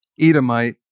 Edomite